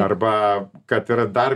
arba kad yra dar